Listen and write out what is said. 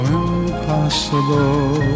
impossible